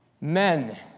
Men